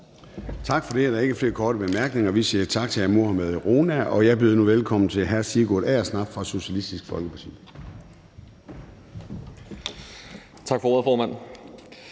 Gade): Der er ikke flere korte bemærkninger, og vi siger tak til hr. Mohammad Rona. Jeg byder nu velkommen til hr. Sigurd Agersnap fra Socialistisk Folkeparti.